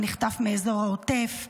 נחטף מאזור העוטף,